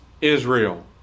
Israel